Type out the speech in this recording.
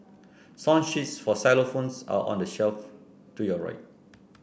song sheets for xylophones are on the shelf to your right